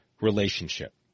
relationship